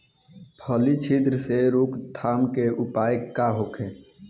फली छिद्र से रोकथाम के उपाय का होखे?